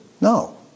No